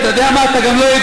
מה זה?